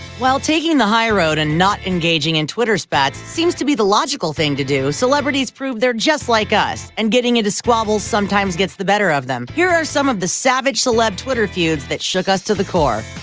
while taking the high road and not engaging in twitter spats seems to be the logical thing to do, celebrities prove they're just like us, and getting into squabbles sometimes gets the better of them. here are some of the savage celeb twitter feuds that shook us to the core.